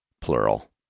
plural